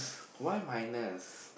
why minus